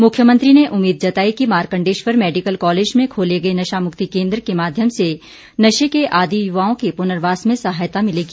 मुख्यमंत्री ने उम्मीद जताई कि मार्कंडेश्वर मेडिकल कॉलेज में खोले गए नशा मुक्ति केंद्र के माध्यम से नशे के आदी युवाओं के पुनर्वास में सहायता मिलेगी